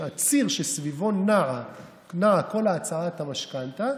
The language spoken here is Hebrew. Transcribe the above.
הציר שסביבו נעה כל הצעת המשכנתה,